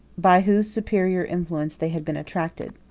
by whose superior influence they had been attracted.